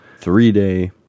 three-day